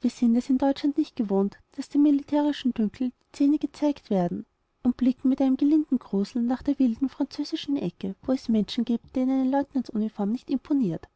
wir sind es in deutschland nicht gewöhnt daß dem militärischen dünkel die zähne gezeigt werden und blicken mit einem gelinden gruseln nach der wilden französischen ecke wo es menschen gibt denen eine leutnantsuniform nicht imponiert